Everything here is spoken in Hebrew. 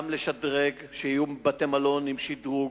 גם לשדרג, שיהיו בתי-מלון עם שדרוג,